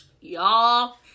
y'all